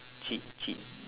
chee~ chee~